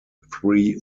three